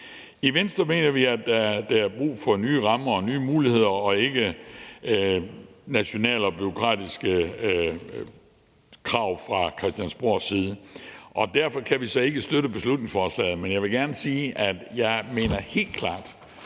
I Venstre mener vi, at der er brug for nye rammer og nye muligheder og ikke nationale og bureaukratiske krav fra Christiansborgs side. Derfor kan vi så ikke støtte beslutningsforslaget, men jeg vil gerne sige, at jeg helt klart